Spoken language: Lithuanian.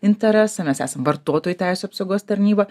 interesą mes esam vartotojų teisių apsaugos tarnyba